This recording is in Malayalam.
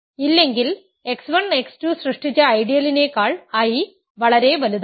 ഇല്ലെങ്കിൽ x 1 x 2 സൃഷ്ടിച്ച ഐഡിയലിനേക്കാൾ I വളരെ വലുതാണ്